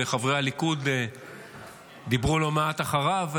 וחברי הליכוד דיברו לא מעט אחריו,